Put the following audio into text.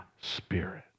spirit